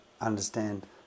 understand